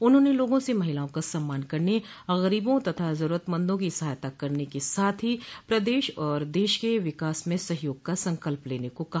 उन्होंने लोगों से महिलाओं का सम्मान करने गरीबों तथा जरूरतमंदों की सहायता करने के साथ ही प्रदेश और देश के विकास में सहयोग का संकल्प लेने को कहा